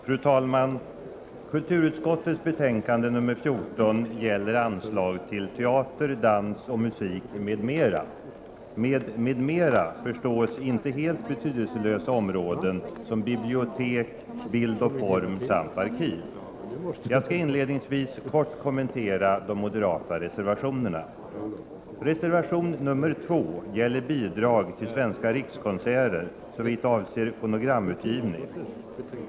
Fru talman! Kulturutskottets betänkande nr 14 gäller anslag till teater, dans och musik m.m. Med ”m.m.” förstås inte helt betydelslösa områden som bibliotek, bild och form samt arkiv . Jag skall inledningsvis kort kommentera de moderata reservationerna. Reservation nr 2 gäller bidrag till Svenska rikskonserter såvitt avser fonogramutgivning.